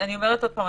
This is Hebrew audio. אומרת עוד פעם,